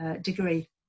degree